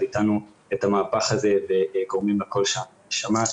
איתנו את המהפך הזה וגורמים לקול שלנו להישמע.